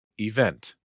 event